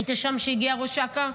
היית שם כשהגיע ראש אכ"א?